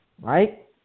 right